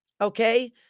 okay